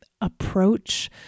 approach